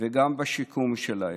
וגם בשיקום שלהם.